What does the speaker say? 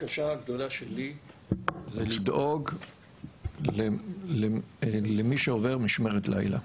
הבקשה הגדולה שלי זה לדאוג למי שעובד משמרת לילה.